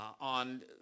On